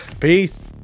Peace